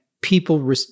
people